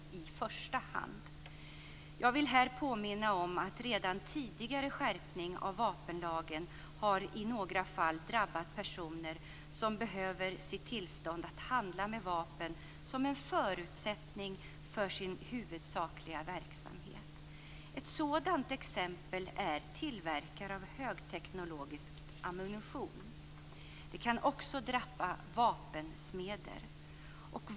Jag vill här påminna om att en redan tidigare skärpning av vapenlagen i några fall har drabbat personer som behöver sitt tillstånd att handla med vapen som en förutsättning för sin huvudsakliga verksamhet. Ett sådant exempel är tillverkare av högteknologisk ammunition. Vapensmeder kan också drabbas.